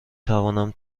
توانم